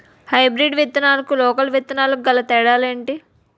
Hybrid విత్తనాలకు local విత్తనాలకు గల తేడాలు ఏంటి?